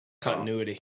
Continuity